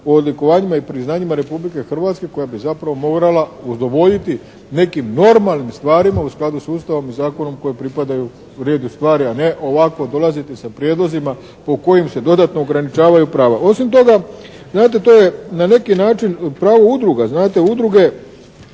o odlikovanjima i priznanjima Republike Hrvatske koja bi zapravo morala udovoljiti nekim normalnim stvarima u skladu s Ustavom i zakonom koji pripadaju redu stvari, a ne ovako dolaziti sa prijedlozima po kojim se dodatno ograničavaju prava. Osim toga znate to je na neki način pravo udruga. Znate udruge